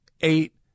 eight